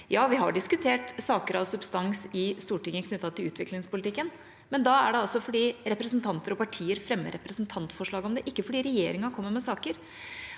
Ja, vi har diskutert saker av substans i Stortinget knyttet til utviklingspolitikken, men da er det altså fordi representanter og partier har fremmet representantforslag om det, ikke fordi regjeringa har kommet med saker.